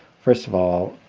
first of all,